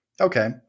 Okay